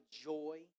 joy